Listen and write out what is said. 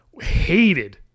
hated